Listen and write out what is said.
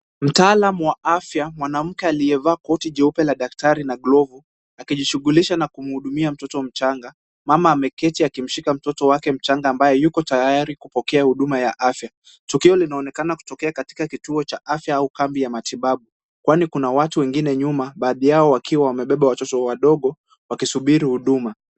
Mtaalam wa afya, mwanamke aliyevaa koti jeupe la daktari na glavu akijishughulisha na kumhudumia mtoto mchanga. Mama ameketi akimshika mtoto wake mchanga ambaye yuko tayari kupokea huduma ya afya. Tukio linaonekana kutokea katika kituo cha afya au kambi ya matibabu kwani kuna watu wengine nyuma baadhi yao wakiwa wamebeba watoto wadogo wakisubiri huduma.